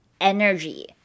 energy